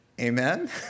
Amen